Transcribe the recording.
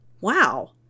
Wow